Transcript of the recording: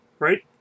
Right